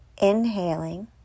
Inhaling